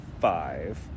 five